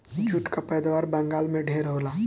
jute कअ पैदावार बंगाल में ढेर होला